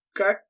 Okay